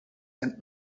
and